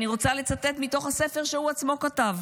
אני רוצה לצטט מתוך הספר שהוא עצמו כתב.